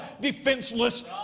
defenseless